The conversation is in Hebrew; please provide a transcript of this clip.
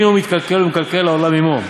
הוא מתקלקל ומקלקל העולם עמו,